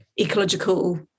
ecological